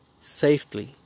safely